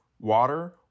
water